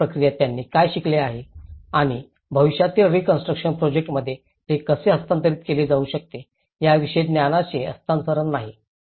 तर या प्रक्रियेत त्यांनी काय शिकले आहे आणि भविष्यातील रीकॉन्स्ट्रुकशन प्रोजेक्टांमध्ये ते कसे हस्तांतरित केले जाऊ शकते याविषयी ज्ञानाचे हस्तांतरण नाही